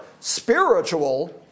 spiritual